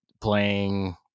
playing